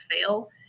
fail